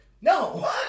no